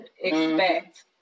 expect